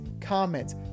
comments